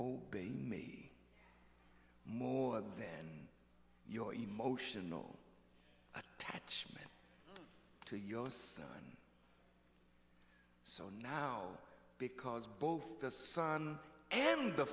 obey me more than your emotional attachment to your son so now because both the son and the